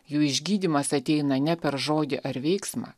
jų išgydymas ateina ne per žodį ar veiksmą